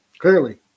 Clearly